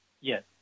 Yes